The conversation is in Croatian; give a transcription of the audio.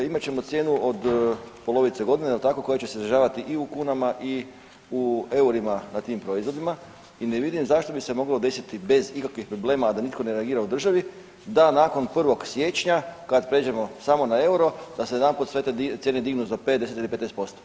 Evo imati ćemo cijenu od polovice godine jel tako koja će sadržavati i u kunama i u eurima na tim proizvodima i ne vidim zašto bi se moglo desiti bez ikakvih problema, a da nitko ne reagira u državi da nakon 1. siječnja kad pređemo samo na euro da se odjedanput sve te cijene dignu za 5, 10 ili 15%